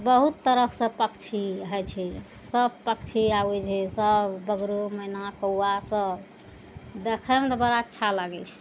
बहुत तरफसँ पक्षी होइ छै सब पक्षी आबय छै सब बगरो मैना कौआ सब देखयमे तऽ बड़ा अच्छा लागय छै